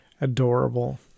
Adorable